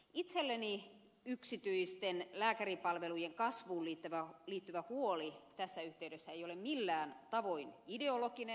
itselleni yksityisten lääkäripalvelujen kasvuun liittyvä huoli tässä yhteydessä ei ole millään tavoin ideologinen